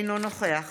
אינו נוכח